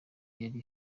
yari